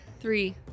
Three